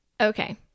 Okay